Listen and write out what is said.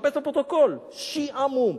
תחפש בפרוטוקול, "שעמום".